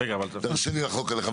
תרשה לי לחלוק עליך.